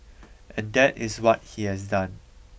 and that is what he has done